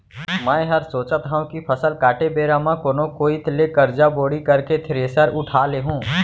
मैं हर सोचत हँव कि फसल काटे बेरा म कोनो कोइत ले करजा बोड़ी करके थेरेसर उठा लेहूँ